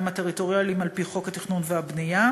הטריטוריאליים על-פי חוק התכנון והבנייה,